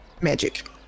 magic